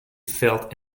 felt